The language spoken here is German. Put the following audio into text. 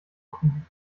hoffentlich